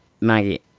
Maggie